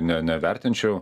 ne nevertinčiau